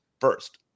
first